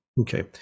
Okay